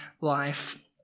life